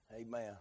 amen